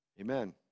Amen